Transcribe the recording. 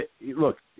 look